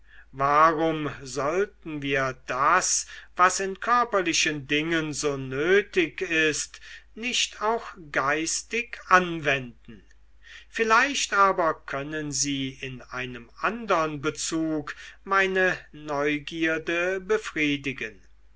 warum sollten wir das was in körperlichen dingen so nötig ist nicht auch geistig anwenden vielleicht aber können sie in einem andern bezug meine neugierde befriedigen